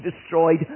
destroyed